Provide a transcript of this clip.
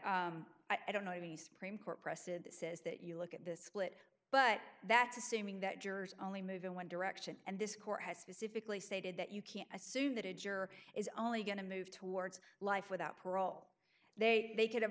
i don't know of any supreme court precedent that says that you look at the split but that's assuming that jurors only move in one direction and this court has specifically stated that you can't assume that a juror is only going to move towards life without parole they they could have